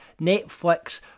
Netflix